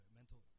mental